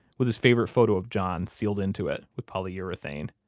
with his favorite photo of john sealed into it with polyurethane.